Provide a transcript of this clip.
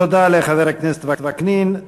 תודה לחבר הכנסת וקנין.